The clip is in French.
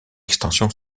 extension